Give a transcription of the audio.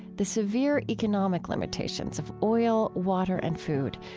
the severe economic limitations of oil, water, and food.